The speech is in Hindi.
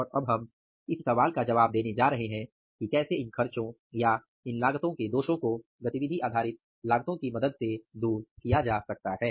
और अब हम इस सवाल का जवाब देने जा रहे हैं कि कैसे इन खर्चों या इन लागतों के दोषों को गतिविधि आधारित लागतों की मदद से दूर किया जा सकता है